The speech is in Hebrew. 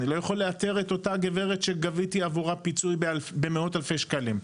אני לא יכול לאתר את אותה גברת שגביתי עבורה פיצוי במאות אלפי שקלים.